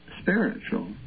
spiritual